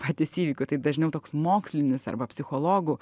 patys įvykių tai dažniau toks mokslinis arba psichologų